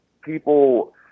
people